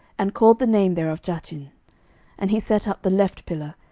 and called the name thereof jachin and he set up the left pillar,